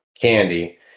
candy